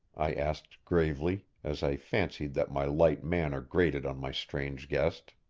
i asked gravely, as i fancied that my light manner grated on my strange guest.